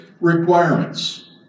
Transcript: requirements